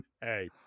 Hey